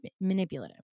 manipulative